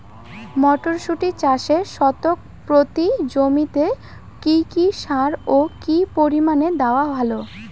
মটরশুটি চাষে শতক প্রতি জমিতে কী কী সার ও কী পরিমাণে দেওয়া ভালো?